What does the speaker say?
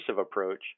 approach